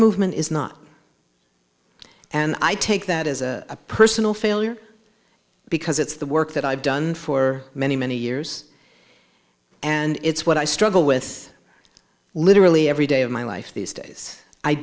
movement is not and i take that as a personal failure because it's the work that i've done for many many years and it's what i struggle with literally every day of my life these days i